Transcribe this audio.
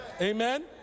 Amen